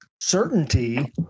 certainty